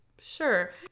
sure